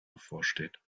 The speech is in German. bevorsteht